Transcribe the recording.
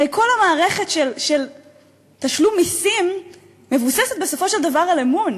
הרי כל המערכת של תשלום מסים מבוססת בסופו של דבר על אמון.